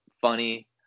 funny